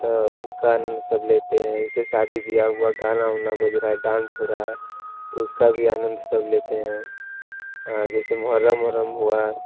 तो उसका आनंद सब लेते हैं जैसे शादी ब्याह हुआ गाना उना बज रहा है डांस हो रहा है तो उसका भी आनंद सब लेते हैं जैसे मोहर्रम वोहर्रम हुआ